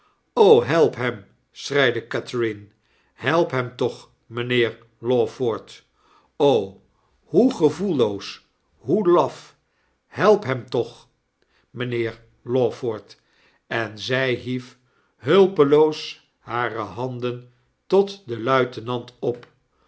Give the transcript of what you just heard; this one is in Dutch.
help hem schreide catherine help hem toch mijnheer lawford hoe gevoelloos hoe laf help hem toch mijnheer lawford i en zy hief hulpeloos hare handen tot den luitenant op